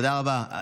תודה רבה.